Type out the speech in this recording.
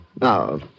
Now